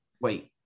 wait